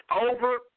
over